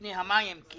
פני המים כי